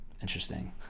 Interesting